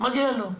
מגיע לו.